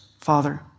Father